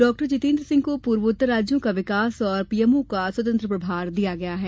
डॉ जितेन्द्र सिंह को पूर्वोत्तर राज्यों का विकास और पीएमओ का स्वतंत्र प्रभार दिया गया है